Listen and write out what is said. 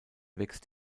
wächst